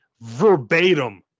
verbatim